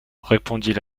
répondit